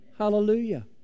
Hallelujah